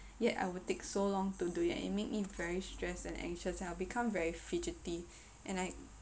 yet I would take so long to do it and it made me very stressed and anxious and I'll become very fidgety and I